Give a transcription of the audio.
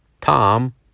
Tom